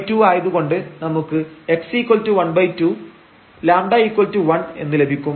x12 ആയതുകൊണ്ട് നമുക്ക് x12 λ1 എന്ന് ലഭിക്കും